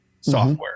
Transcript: software